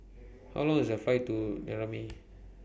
How Long IS The Flight to Niamey